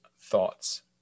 thoughts